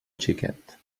xiquet